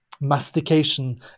mastication